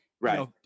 right